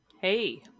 hey